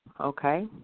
Okay